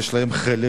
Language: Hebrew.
יש להם חלק